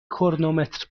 کرونومتر